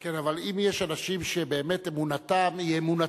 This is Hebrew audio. כן, אבל אם יש אנשים שבאמת אמונתם היא אמונתם,